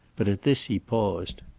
but at this he paused.